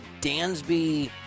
Dansby